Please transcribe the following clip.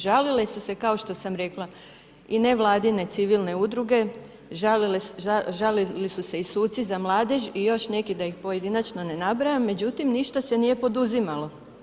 Žalile su se, kao što sam rekla i nevladine civilne udruge, žalili su se i suci za mladež i još neki da ih pojedinačno ne nabrajam, no međutim ništa se nije poduzimalo.